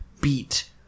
beat